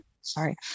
sorry